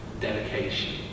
dedication